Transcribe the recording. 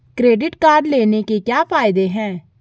Credit card लेने के क्या फायदे हैं?